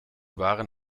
waren